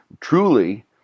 truly